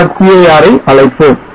cir ஐ அழைப்போம்